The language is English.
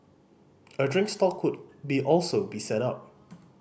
a drink stall could be also be set up